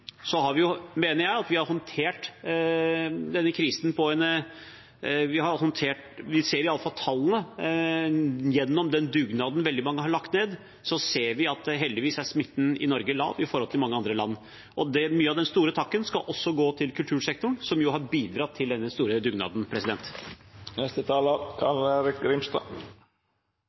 mener jeg at slik vi har håndtert denne krisen, og gjennom den dugnaden veldig mange har lagt ned, ser vi, i hvert fall av tallene, at smitten heldigvis er lav i Norge i forhold til mange andre land. Og mye av den store takken skal også gå til kultursektoren, som har bidratt til denne store dugnaden.